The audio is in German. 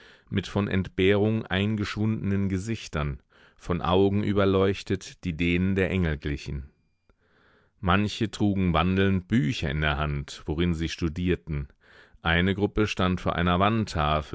mit von entbehrung eingeschwundenen gesichtern von augen überleuchtet die denen der engel glichen manche trugen wandelnd bücher in der hand worin sie studierten eine gruppe stand vor einer wandtafel